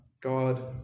God